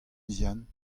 vihan